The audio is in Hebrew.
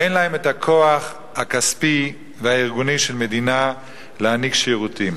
אין להן הכוח הכספי והארגוני של מדינה להעניק שירותים.